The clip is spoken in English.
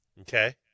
Okay